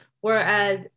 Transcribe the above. Whereas